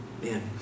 Man